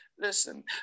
Listen